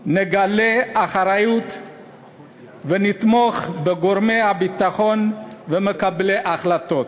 נגלה אחריות ונתמוך בגורמי הביטחון ומקבלי ההחלטות.